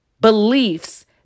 beliefs